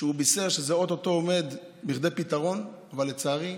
בישר שזה או-טו-טו עומד לפני פתרון, אבל לצערי,